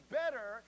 better